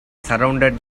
surrounded